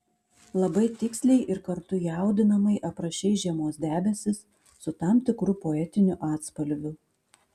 labai tiksliai ir kartu jaudinamai aprašei žiemos debesis su tam tikru poetiniu atspalviu